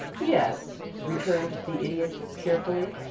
yes, returned the idiot, cheerfully,